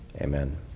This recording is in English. Amen